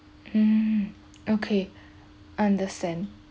mm okay understand